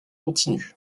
continue